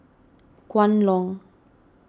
Kwan Loong